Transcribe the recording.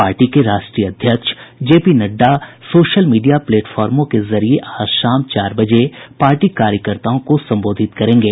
party के राष्ट्रीय अध्यक्ष जेपी नड्डा सोशल मीडिया प्लेटफॉर्मों के जरिये आज शाम चार बजे पार्टी कार्यकर्ताओं को संबोधित करेंगे